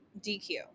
DQ